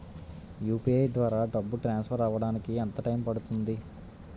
UPI ద్వారా డబ్బు transfer అవ్వడానికి ఎంత టైం పడుతుంది?